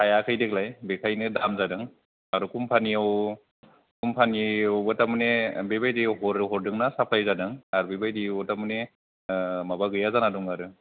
थायआखै देग्लाय बेखायनो दाम जादों आरो कम्पानियावबो थारमानि बेबायदि हरदोंना साफ्लाय जादों आरो बेबादियाव थारमाने माबा गैया जाना दं आरो